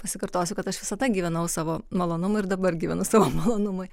pasikartosiu kad aš visada gyvenau savo malonumui ir dabar gyvenu savo malonumui